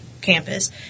campus